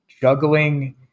juggling